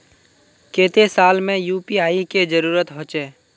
केते साल में यु.पी.आई के जरुरत होचे?